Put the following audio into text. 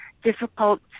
difficult